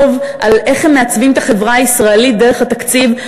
על איך הם מעצבים את החברה הישראלית דרך התקציב,